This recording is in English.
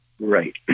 Right